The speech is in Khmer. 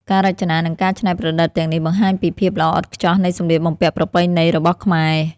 ការរចនានិងការច្នៃប្រឌិតទាំងនេះ បង្ហាញពី ភាពល្អឥតខ្ចោះនៃសម្លៀកបំពាក់ប្រពៃណី របស់ខ្មែរ។